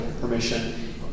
permission